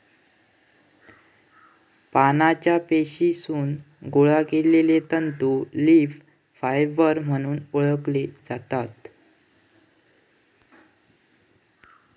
पानांच्या पेशीतसून गोळा केलले तंतू लीफ फायबर म्हणून ओळखले जातत